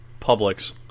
Publix